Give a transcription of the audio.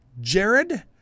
Jared